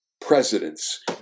presidents